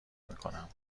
میکنم